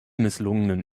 misslungenen